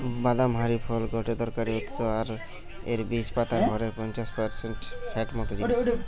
বাদাম হারি ফল গটে দরকারি উৎস আর এর বীজ পাতার ভরের পঞ্চাশ পারসেন্ট ফ্যাট মত জিনিস